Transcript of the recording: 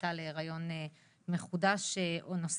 כניסה להיריון מחודש ונוסף.